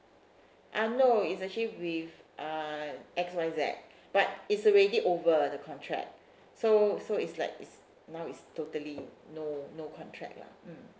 uh no is actually with uh X Y Z but it's already over the contract so so it's like it's now is totally no no contract lah mm